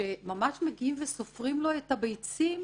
וממש מגיעים וסופרים לו את הביצים,